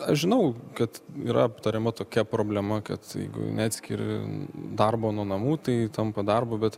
aš žinau kad yra aptariama tokia problema kad jeigu neatskiri darbo nuo namų tai tampa darbu bet